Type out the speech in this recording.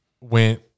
went